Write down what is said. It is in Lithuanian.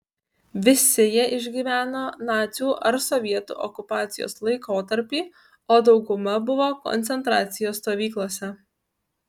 visi jie išgyveno nacių ar sovietų okupacijos laikotarpį o dauguma buvo koncentracijos stovyklose